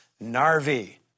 Narvi